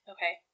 Okay